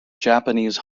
japanese